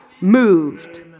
moved